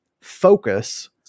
focus